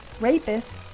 rapists